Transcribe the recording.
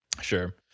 Sure